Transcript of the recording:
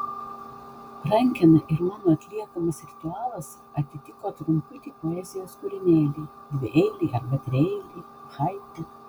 rankena ir mano atliekamas ritualas atitiko trumputį poezijos kūrinėlį dvieilį arba trieilį haiku